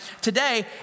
today